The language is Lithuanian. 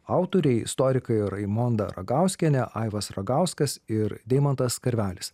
autoriai istorikai raimonda ragauskienė aivas ragauskas ir deimantas karvelis